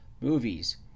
movies